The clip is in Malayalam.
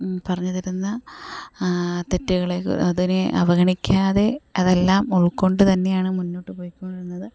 പറഞ്ഞു തരുന്ന തെറ്റുകളെ അതിനേ അവഗണിക്കാതെ അതെല്ലാം ഉൾക്കൊണ്ടു തന്നെയാണ് മുന്നോട്ടു പോയ്ക്കൊണ്ടിരുന്നത്